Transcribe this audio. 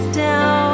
down